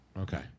Okay